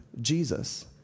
Jesus